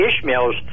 Ishmael's